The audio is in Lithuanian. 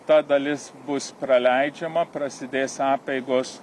ta dalis bus praleidžiama prasidės apeigos